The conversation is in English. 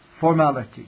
formality